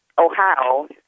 Ohio